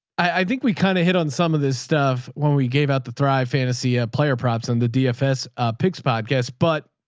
i think we kind of hit on some of this stuff when we gave out the thrive fantasy ah player props and the dfs ah picks podcasts. but